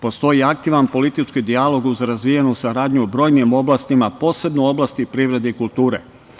Postoji aktivan politički dijalog uz razvijenu saradnju u brojnim oblastima, a posebno u oblasti privrede i kulture.